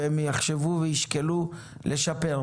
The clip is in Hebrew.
והם יחשבו וישקלו לשפר.